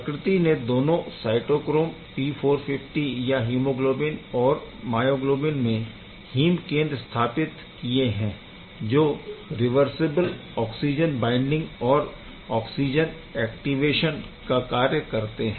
प्रकृति ने दोनों साइटोक्रोम P450 या हीमोग्लोबिन और मायोग्लोबिन में हीम केंद्र स्थापित किए है जो रिवर्सिबल ऑक्सिजन बाइंडिंग और ऑक्सिजन ऐक्टीवेशन का कार्य करते है